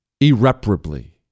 irreparably